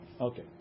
Okay